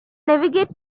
navigate